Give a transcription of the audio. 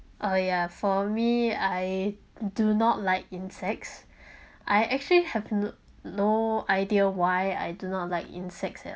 uh yeah for me I do not like insects I actually have no no idea why I do not like insects